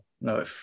no